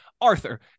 Arthur